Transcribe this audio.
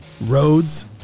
Roads